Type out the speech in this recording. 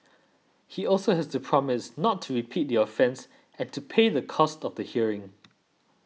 he also has to promise not to repeat the offence and to pay the cost of the hearing